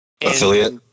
Affiliate